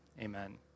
Amen